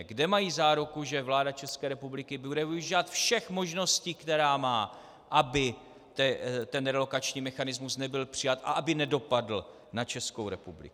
Kde mají záruku, že vláda České republiky bude využívat všech možností, které má, aby ten relokační mechanismus nebyl přijat a aby nedopadl na Českou republiku?